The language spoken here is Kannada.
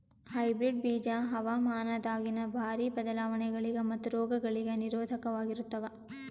ಹೈಬ್ರಿಡ್ ಬೀಜ ಹವಾಮಾನದಾಗಿನ ಭಾರಿ ಬದಲಾವಣೆಗಳಿಗ ಮತ್ತು ರೋಗಗಳಿಗ ನಿರೋಧಕವಾಗಿರುತ್ತವ